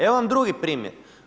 Evo vam drugi primjer.